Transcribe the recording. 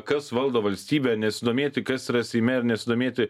kas valdo valstybę nesidomėti kas yra seime ir nesidomėti